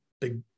big